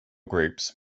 groups